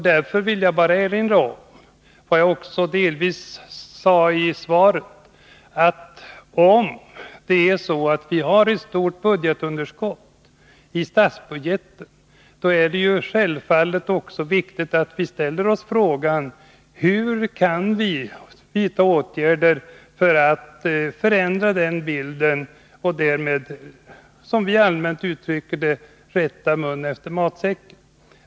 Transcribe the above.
Därför vill jag bara erinra om vad jag sade delvis i interpellationssvaret, att om vi har ett stort budgetunderskott i statsbudgeten, är det naturligtvis viktigt att vi ställer oss frågan: Hur kan vi vidta åtgärder för att förändra den bilden och därmed, som vi allmänt uttrycker det, rätta munnen efter matsäcken?